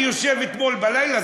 אני יושב אתמול בלילה,